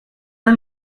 are